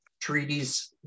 Treaties